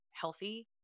healthy